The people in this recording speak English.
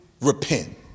repent